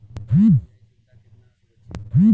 UPI सुविधा केतना सुरक्षित ह?